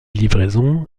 livraison